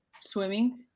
swimming